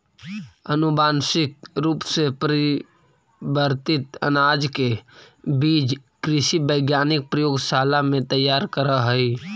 अनुवांशिक रूप से परिवर्तित अनाज के बीज कृषि वैज्ञानिक प्रयोगशाला में तैयार करऽ हई